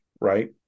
right